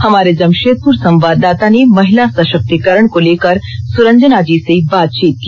हमारे जमशेदपुर संवाददाता ने महिला सशक्तिकरण को लेकर सुरंजना जी से बातचीत की